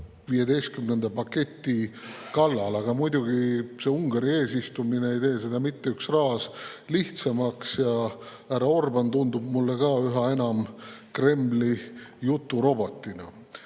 15. paketi kallal, aga muidugi Ungari eesistumine ei tee seda mitte üks raas lihtsamaks ja härra Orbán tundub mulle ka üha enam Kremli juturobotina. Aga